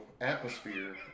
atmosphere